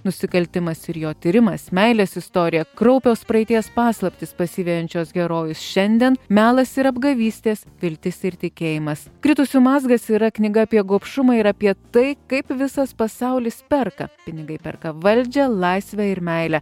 nusikaltimas ir jo tyrimas meilės istorija kraupios praeities paslaptys pasivejančios herojus šiandien melas ir apgavystės viltis ir tikėjimas kritusių mazgas yra knyga apie gobšumą ir apie tai kaip visas pasaulis perka pinigai perka valdžią laisvę ir meilę